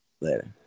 Later